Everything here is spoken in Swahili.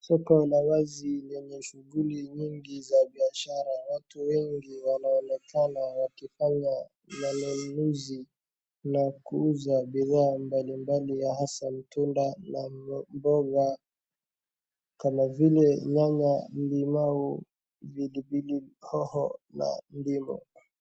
Soko la wazi lenye shughuli mingi za biashara. Watu wengi wanaonekana wakifanya manunuzi na kuuza bidhaa mbali mbali ya hasaa tunda la mboga kama vile nyanya, limau, pilipili hoho na ndimu.